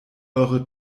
eure